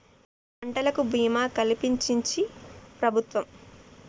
పంటలకు భీమా కలిపించించి ప్రభుత్వం